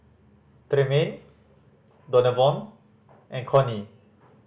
Tremayne Donavon and Connie